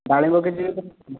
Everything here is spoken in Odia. ଡାଳିମ୍ବ କେଜି କେତେ